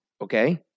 Okay